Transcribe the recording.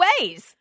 ways